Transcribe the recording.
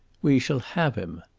we shall have him.